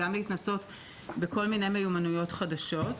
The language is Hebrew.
וגם להתנסות בכל מיני מיומנויות חדשות,